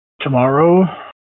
Tomorrow